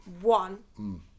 one